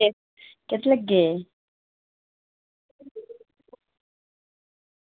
कित्त लग्गे दे